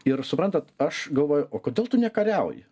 ir suprantat aš galvoju o kodėl tu nekariauji